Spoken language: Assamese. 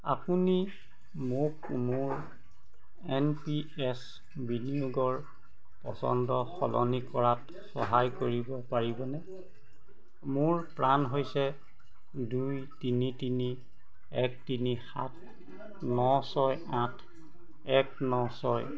আপুনি মোক মোৰ এন পি এছ বিনিয়োগৰ পছন্দ সলনি কৰাত সহায় কৰিব পাৰিবনে মোৰ প্ৰাণ হৈছে দুই তিনি তিনি এক তিনি সাত ন ছয় আঠ এক ন ছয়